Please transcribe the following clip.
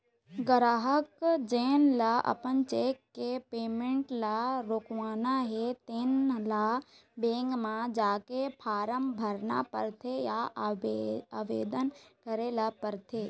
गराहक जेन ल अपन चेक के पेमेंट ल रोकवाना हे तेन ल बेंक म जाके फारम भरना परथे या आवेदन करे ल परथे